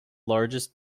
largest